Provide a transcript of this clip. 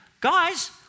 guys